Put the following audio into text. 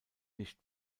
nicht